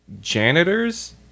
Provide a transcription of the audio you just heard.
janitors